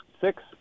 six